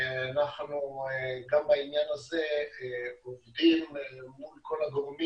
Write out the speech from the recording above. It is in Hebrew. גם בעניין אנחנו עובדים מול כל הגורמים